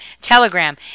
Telegram